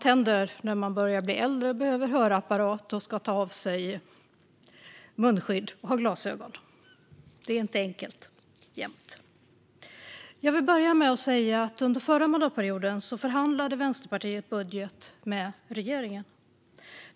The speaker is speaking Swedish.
Herr talman! Under förra mandatperioden förhandlade Vänsterpartiet budget med regeringen.